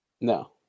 No